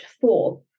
four